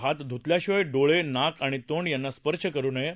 हात धुतल्याशिवाय डोळे नाक आणि तोंड यांना स्पर्श करु नये